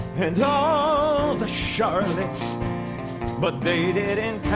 and all the charlotte's but they didn't